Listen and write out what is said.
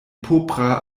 propra